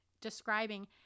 describing